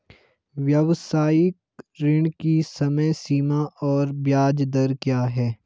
व्यावसायिक ऋण की समय सीमा और ब्याज दर क्या है?